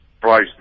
price